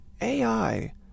AI